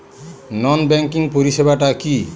নন banking পরিষেবা টা কি?